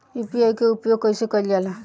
UPI के उपयोग कइसे कइल जाला?